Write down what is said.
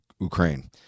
Ukraine